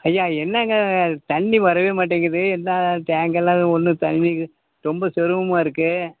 ஐயா என்னங்க இது தண்ணி வரவே மாட்டேங்குது என்ன டேங்க்கெல்லாம் ஒன்றும் தண்ணி ரொம்ப சிரமமாக இருக்குது